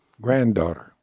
granddaughter